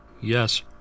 Yes